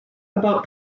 about